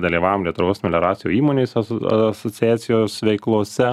dalyvavom lietuvos melioracijų įmonėse asociacijos veiklose